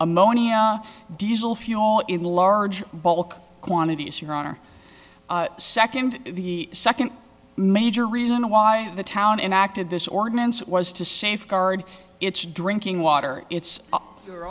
ammonia diesel fuel in large bulk quantities here on or second the second major reason why the town enacted this ordinance was to safeguard its drinking water it's your